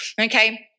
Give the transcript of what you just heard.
Okay